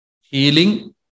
Healing